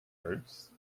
hurts